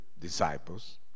disciples